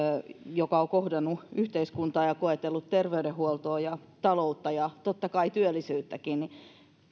joka on kohdannut yhteiskuntaa ja koetellut terveydenhuoltoa ja taloutta ja totta kai työllisyyttäkin niin